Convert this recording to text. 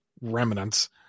remnants